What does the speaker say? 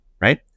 right